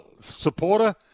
supporter